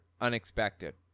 unexpected